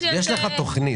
יש כלי.